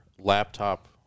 laptop –